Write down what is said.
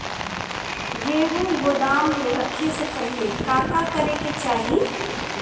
गेहु गोदाम मे रखे से पहिले का का करे के चाही?